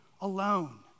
alone